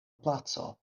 placo